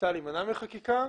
ניסתה להימנע מחקיקה.